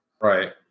Right